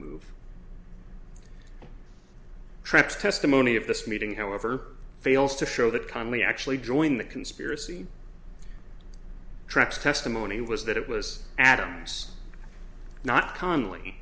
move trucks testimony of this meeting however fails to show that connally actually joined the conspiracy tracks testimony was that it was adams not c